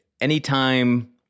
anytime